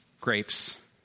Grapes